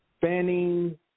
Fanning